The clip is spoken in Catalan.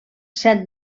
set